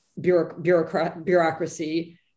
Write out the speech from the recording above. bureaucracy